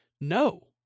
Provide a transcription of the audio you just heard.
No